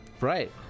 right